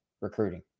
recruiting